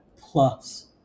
Plus